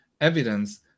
evidence